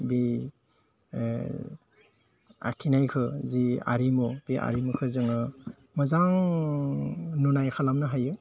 बे आखिनायखो जि आरिमु बे आरिमुखौ जोङो मोजां नुनाय खालामनो हायो